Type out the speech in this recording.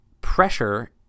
pressure